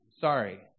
sorry